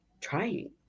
trying